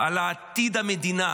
על עתיד המדינה,